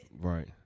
Right